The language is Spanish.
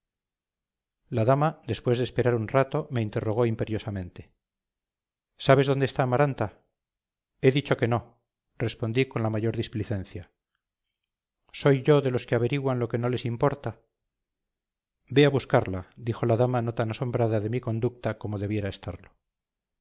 la dama después de esperar un rato me interrogó imperiosamente sabes dónde está amaranta he dicho que no respondí con la mayor displicencia soy yo de los que averiguan lo que no les importa ve a buscarla dijo la dama no tan asombrada de mi conducta como debiera estarlo